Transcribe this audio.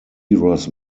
ross